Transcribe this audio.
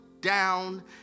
down